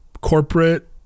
corporate